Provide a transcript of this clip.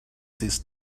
these